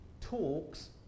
talks